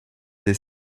des